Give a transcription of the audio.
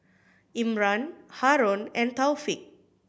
Imran Haron and Taufik